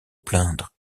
plaindre